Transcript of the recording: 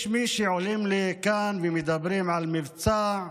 יש מי שעולים לכאן ומדברים על מבצע,